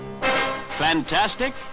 Fantastic